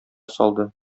салды